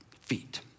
feet